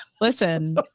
Listen